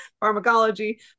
pharmacology